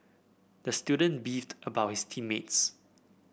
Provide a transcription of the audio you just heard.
the student beefed about his team mates